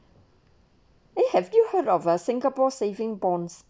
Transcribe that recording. eh have you heard of a singapore saving bonds